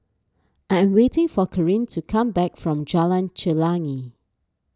I am waiting for Kareen to come back from Jalan Chelagi